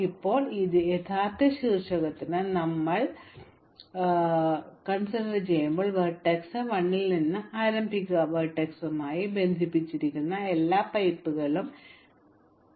ഇപ്പോൾ ഈ യഥാർത്ഥ ശീർഷകത്തിന് ഞങ്ങൾ തീയിടുമ്പോൾ വെർട്ടെക്സ് 1 ആരംഭിക്കുക വെർട്ടെക്സുമായി ബന്ധിപ്പിച്ചിരിക്കുന്ന എല്ലാ പൈപ്പുകളിലും തീ പിടിക്കും